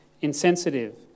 insensitive